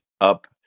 up